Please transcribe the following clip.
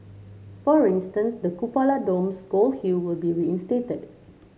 for instance the cupola dome's gold hue will be reinstated